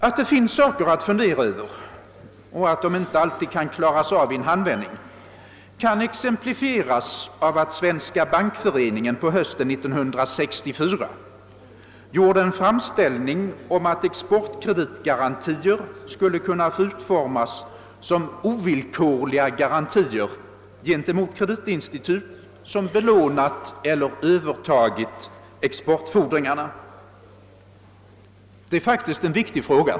Ått det finns saker att fundera över och att de inte alltid kan klaras av i en handvändning kan exemplifieras av att Svenska bankföreningen på hösten 1964 gjorde en framställning om att exportkreditgarantier skulle kunna få utformas som ovillkorliga garantier gentemot kreditinstitut som belånat eller övertagit exportfordringarna. Det är faktiskt en viktig fråga.